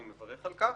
ואני מברך על כך,